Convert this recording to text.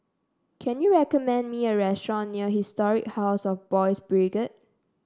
can you recommend me a restaurant near Historic House of Boys' Brigade